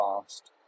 fast